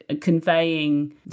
conveying